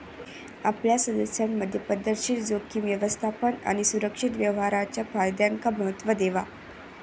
आपल्या सदस्यांमधे पध्दतशीर जोखीम व्यवस्थापन आणि सुरक्षित व्यवहाराच्या फायद्यांका महत्त्व देवा